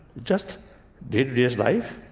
just day to day life,